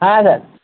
হ্যাঁ স্যার